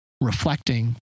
reflecting